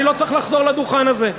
אני לא צריך לחזור לדוכן הזה.